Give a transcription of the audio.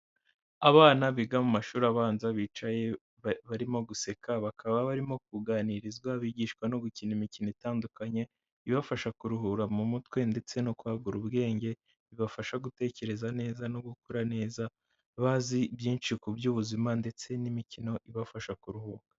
Abana biga mu mashuri abanza bicaye barimo guseka bakaba barimo kuganirizwa bigishwa no gukina imikino itandukanye ibafasha kuruhura mu mutwe ndetse no kwagura ubwenge, bibafasha gutekereza neza no gukura neza bazi byinshi ku by'ubuzima ndetse n'imikino ibafasha kuruhuka.